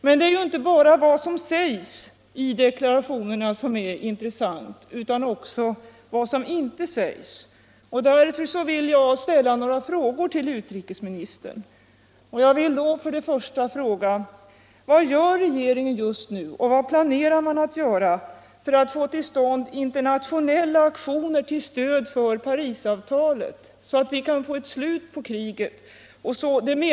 Men det är ju inte bara vad som sägs i deklarationerna som är intressant utan också vad som inte sägs. Därför vill jag ställa några frågor till utrikesministern.